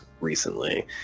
recently